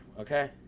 okay